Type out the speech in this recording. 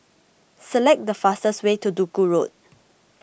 select the fastest way to Duku Road